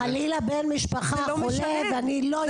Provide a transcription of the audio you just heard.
חלילה בן משפחה חולה ואני לא יכול לתפקד.